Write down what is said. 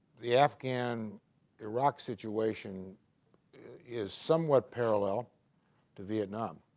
the afghan iraq situation is somewhat parallel to vietnam